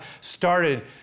started